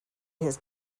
his